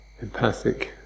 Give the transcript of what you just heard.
empathic